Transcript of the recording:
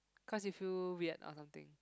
cause you feel weird or something